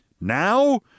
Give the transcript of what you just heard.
now